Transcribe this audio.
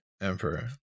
Emperor